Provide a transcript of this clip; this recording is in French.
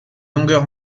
longueur